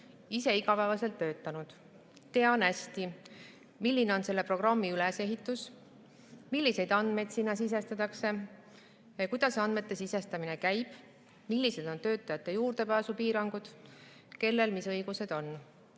ise igapäevaselt töötanud. Tean hästi, milline on selle programmi ülesehitus, milliseid andmeid sinna sisestatakse ja kuidas andmete sisestamine käib, millised on töötajate juurdepääsupiirangud, kellel mis õigused on.